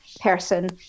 person